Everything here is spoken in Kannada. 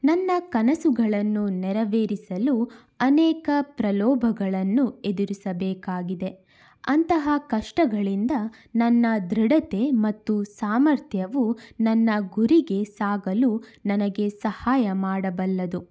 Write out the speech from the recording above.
ನನ್ನ ಕನಸುಗಳನ್ನು ನೆರವೇರಿಸಲು ಅನೇಕ ಪ್ರಲೋಭಗಳನ್ನು ಎದುರಿಸಬೇಕಾಗಿದೆ ಅಂತಹ ಕಷ್ಟಗಳಿಂದ ನನ್ನ ದೃಢತೆ ಮತ್ತು ಸಾಮರ್ಥ್ಯವು ನನ್ನ ಗುರಿಗೆ ಸಾಗಲು ನನಗೆ ಸಹಾಯ ಮಾಡಬಲ್ಲದು